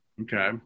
Okay